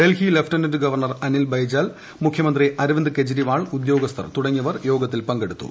Delhi lieutenant governor Anil Baijal മുഖ്യമന്ത്രി അരവിന്ദ് കെജ്രിവാൾ ഉദ്യോഗസ്ഥർ തുടങ്ങിയവർ യോഗത്തിൽ പങ്കെടുത്തു